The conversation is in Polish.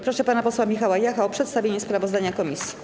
Proszę pana posła Michała Jacha o przedstawienie sprawozdania komisji.